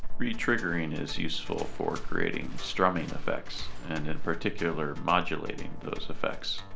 re-triggering is useful for creating strumming effects, and in particular modulating those effects.